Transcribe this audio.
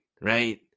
right